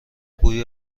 بوی